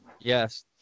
Yes